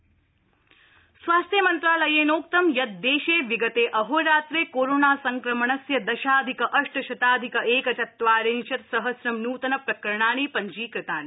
Covid update स्वास्थ्यमंत्रालयेनोक्तं यत् देशे विगते अहोरात्रे कोरोना संक्रमणस्य दशाधिक अष्ट शताधिक एकचत्वारिशत् सहस्रं न्तनप्रकरणानि पञ्जीकृतानि